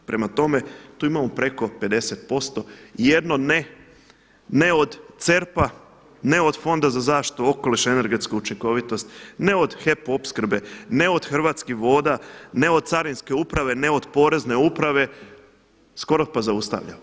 Prema tome, tu imamo preko 50% i jedno ne, ne od CERP-a ne od Fonda za zaštitu okoliša i energetsku učinkovitost, ne od HEP Opskrbe, ne od Hrvatskih voda, ne od Carinske uprave, ne od Porezne uprave skoro pa zaustavlja.